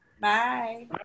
Bye